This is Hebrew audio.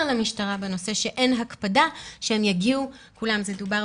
למשטרה בנושא שאין הקפדה שהם יגיעו קודם כל